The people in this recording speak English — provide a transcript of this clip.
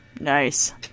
nice